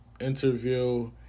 interview